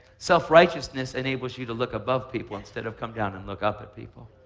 self-righteousness enables you to look above people instead of coming down and look up at people.